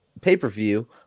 pay-per-view